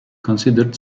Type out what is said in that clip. considered